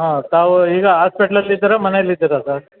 ಹಾಂ ತಾವು ಈಗ ಆಸ್ಪೆಟ್ಲಲ್ಲಿ ಇದ್ದೀರಾ ಮನೇಲಿದ್ದೀರಾ ಸರ್